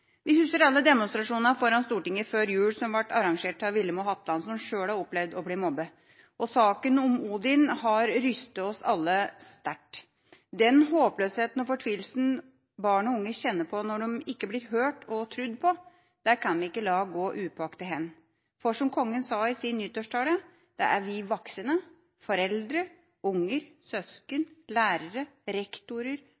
Vi husker alle demonstrasjonene foran Stortinget før jul som ble arrangert av Villemo Hatland, som sjøl har opplevd å bli mobbet, og saken om Odin har rystet oss alle sterkt. Den håpløsheten og fortvilelsen barn og unge kjenner på når de ikke blir hørt og trodd på, kan vi ikke la gå upåaktet hen, for som kongen sa i sin nyttårstale, er det vi voksne, foreldre, unger, søsken, lærere, rektorer,